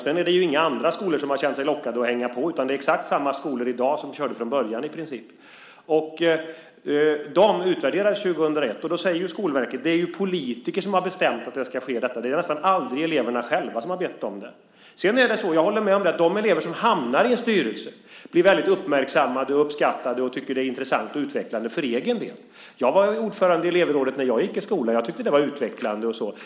Sedan är det ju inga andra skolor som har känt sig lockade att hänga på. Det är i princip exakt samma skolor i dag som de som körde från början. De utvärderades 2001. Skolverket säger att det är politiker som har bestämt att detta ska ske. Det är nästan aldrig eleverna själva som har bett om det. Sedan är det så - jag håller med om det - att de elever som hamnar i en styrelse blir väldigt uppmärksammade och uppskattade och tycker att det är intressant och utvecklande för egen del. Jag var ordförande i elevrådet när jag gick i skolan. Jag tyckte att det var utvecklande och så.